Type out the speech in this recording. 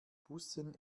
bussen